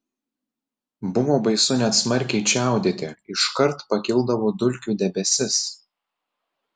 buvo baisu net smarkiai čiaudėti iškart pakildavo dulkių debesis